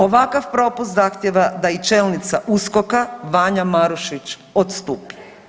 Ovakav propust zahtjeva da i čelnica USKOK-a Vanja Marušić odstupi.